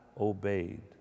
obeyed